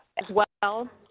as well.